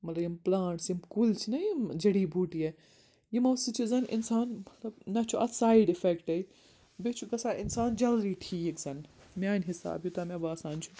مطلب یِم پٕلانٛٹٕس یِم کُلۍ چھِنَہ یِم جٔڈی بوٹیہِ یِمو سۭتۍ چھِ زَن اِنسان مطلب نَہ چھُ اَتھ سایِڈ اِفٮ۪کٹَے بیٚیہِ چھُ گژھان اِنسان جلدی ٹھیٖک زَن میٛانہِ حِساب یوٗتاہ مےٚ باسان چھُ